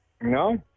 No